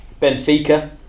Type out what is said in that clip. Benfica